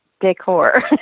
decor